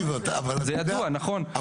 זה ידוע נכון?